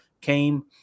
came